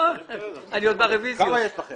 כבר אישרתי